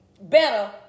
better